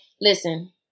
listen